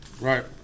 Right